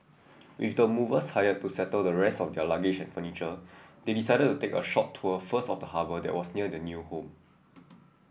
with the movers hired to settle the rest of their luggage and furniture they decided to take a short tour first of the harbour that was near their new home